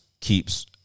keeps